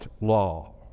law